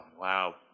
wow